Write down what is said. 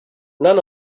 none